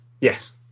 Yes